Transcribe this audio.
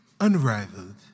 unrivaled